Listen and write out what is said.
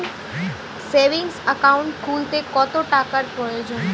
Savings account খুলতে কত টাকার প্রয়োজন?